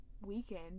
Weekend